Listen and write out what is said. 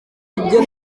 ibyo